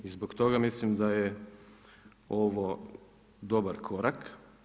I zbog toga mislim da je ovo dobar korak.